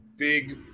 big